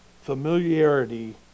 familiarity